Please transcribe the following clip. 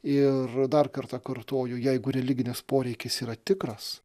ir dar kartą kartoju jeigu religinis poreikis yra tikras